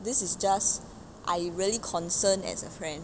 this is just I really concern as a friend